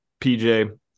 PJ